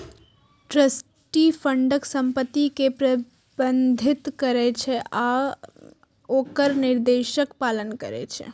trustee फंडक संपत्ति कें प्रबंधित करै छै आ ओकर निर्देशक पालन करै छै